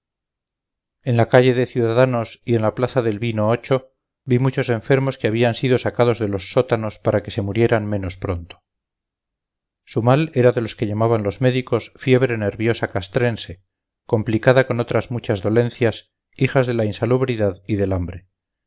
en la calle de ciudadanos y en la plaza del vino vi muchos enfermos que habían sido sacados de los sótanos para que se murieran menos pronto su mal era de los que llamaban los médicos fiebre nerviosa castrense complicada con otras muchas dolencias hijas de la insalubridad y del hambre